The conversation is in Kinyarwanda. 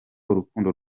urukundo